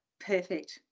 Perfect